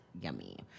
yummy